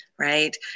Right